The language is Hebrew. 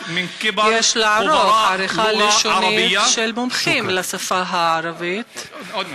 יש לערוך עריכה לשונית של מומחים לשפה הערבית.) שוכראן.